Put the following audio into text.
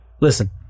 Listen